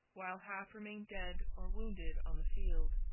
while half remained dead or wounded on the field.